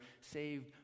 saved